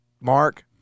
Mark